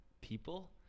people